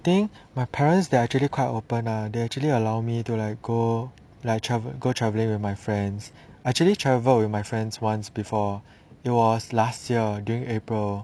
think my parents they are actually quite open ah they actually allow me to like go like go traveling with my friends actually travelled with my friends once before it was last year during april